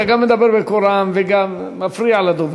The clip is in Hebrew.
אתה גם מדבר בקול רם וגם מפריע לדוברים.